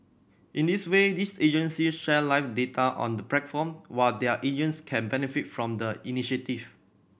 in this way these agencies share live data on the platform while their agents can benefit from the initiative